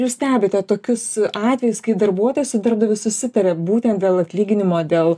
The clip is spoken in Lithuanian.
jūs stebite tokius atvejus kai darbuotojas su darbdaviu susitaria būtent dėl atlyginimo dėl